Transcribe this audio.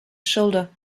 shoulder